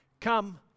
come